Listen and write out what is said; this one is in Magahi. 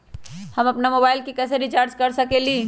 हम अपन मोबाइल कैसे रिचार्ज कर सकेली?